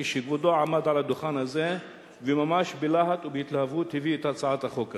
כשכבודו עמד על הדוכן הזה וממש בלהט והתלהבות הביא את הצעת החוק הזו,